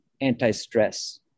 anti-stress